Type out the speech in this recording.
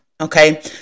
Okay